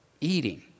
eating